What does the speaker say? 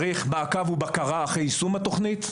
צריך מעקב ובקרה אחרי יישום התכנית.